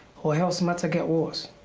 or else matter get worse.